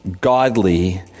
godly